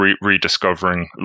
rediscovering